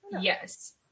Yes